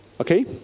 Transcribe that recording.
Okay